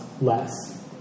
less